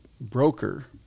broker